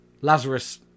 Lazarus